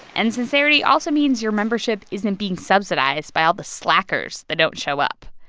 and sincerity also means your membership isn't being subsidized by all the slackers that don't show up.